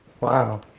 Wow